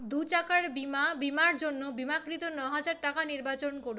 দু চাকার বিমা বিমার জন্য বিমাকৃত ন হাজার টাকা নির্বাচন করুন